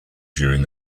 during